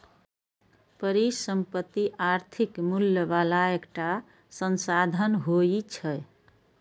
परिसंपत्ति आर्थिक मूल्य बला एकटा संसाधन होइ छै